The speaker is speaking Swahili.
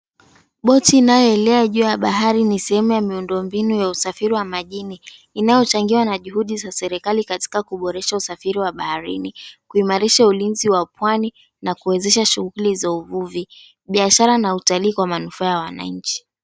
Boti inayoelea juu ya bahari ni sehemu ya miundombinu ya usafiri wa majini inayochangiwa na juhudi za serikali katika kuboresha usafiri wa baharini kuimarisha ulinzi wa pwani na kuwezesha shughli za uvuvi, biashara na utalii kwa manufaa ya wanainchi.